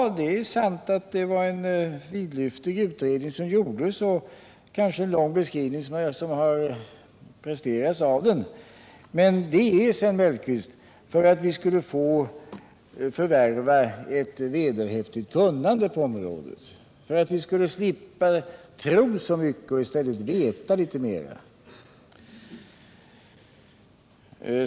Ja, det är sant att en lång utredning gjordes och att det kanske var en lång beskrivning av den som presterades, men detta, Sven Mellqvist, var för att vi skulle förvärva ett vederhäftigt kunnande på området — för att vi skulle slippa tro så mycket och i stället veta så mycket mera.